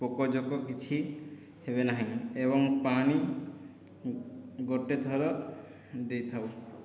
ପୋକ ଜୋକ କିଛି ହେବେ ନାହିଁ ଏବଂ ପାଣି ଗୋଟିଏ ଥର ଦେଇଥାଉ